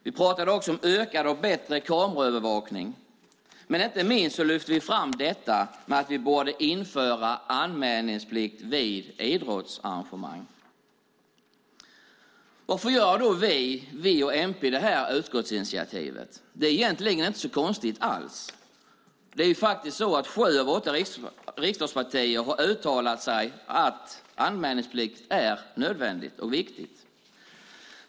Vi pratade också om utökad och bättre kameraövervakning, men inte minst lyfte vi fram detta att vi borde införa anmälningsplikt vid idrottsarrangemang. Varför tar då vi, V och MP detta utskottsinitiativ? Det är egentligen inte konstigt alls eftersom sju av åtta riksdagspartier har uttalat att anmälningsplikt är nödvändigt och viktigt.